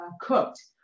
cooked